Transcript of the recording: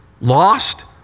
lost